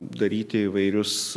daryti įvairius